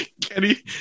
Kenny